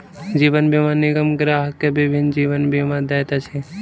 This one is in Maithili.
जीवन बीमा निगम ग्राहक के विभिन्न जीवन बीमा दैत अछि